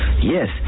Yes